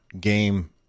game